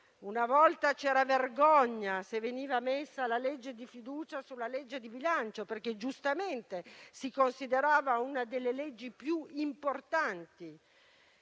Una volta c'era vergogna se veniva posta la questione di fiducia sul disegno di legge di bilancio, perché giustamente la si considerava una delle leggi più importanti